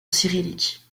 cyrillique